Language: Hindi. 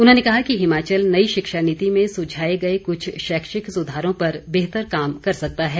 उन्होंने कहा कि हिमाचल नई शिक्षा नीति में सुझाए गए कुछ शैक्षिक सुधारों पर बेहतर काम कर सकता है